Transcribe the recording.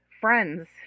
friends